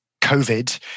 COVID